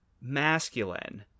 masculine